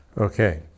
Okay